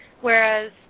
Whereas